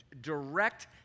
direct